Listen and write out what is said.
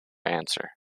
answer